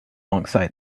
alongside